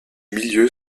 milieu